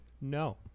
No